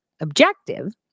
Objective